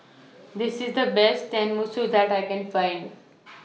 This IS The Best Tenmusu that I Can Find